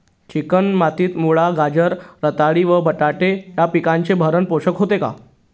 Chicken मातीत मुळा, गाजर, रताळी व बटाटे या पिकांचे भरण पोषण होते का?